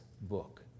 book